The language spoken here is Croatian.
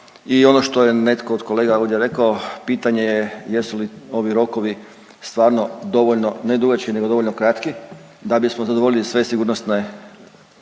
i ono što je netko od kolega ovdje rekao, pitanje je jesu li ovi rokovi stvarno dovoljno, ne dugački nego dovoljno kratki, da bismo zadovoljili sve sigurnosne